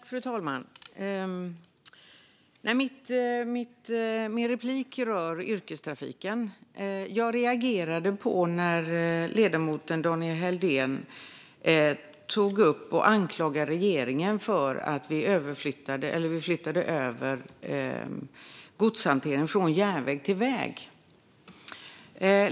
Fru talman! Min replik rör yrkestrafiken. Jag reagerade när ledamoten Daniel Helldén anklagade regeringen för att flytta över godshantering från järnväg till väg.